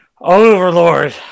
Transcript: overlord